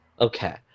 Okay